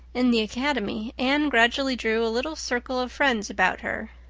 in the academy anne gradually drew a little circle of friends about her,